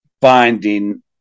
binding –